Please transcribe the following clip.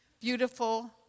beautiful